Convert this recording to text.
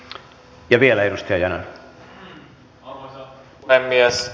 ja vielä edustaja yanar